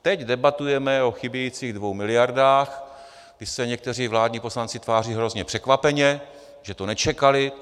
Teď debatujeme o chybějících 2 miliardách, kdy se někteří vládní poslanci tváří hrozně překvapeně, že to nečekali.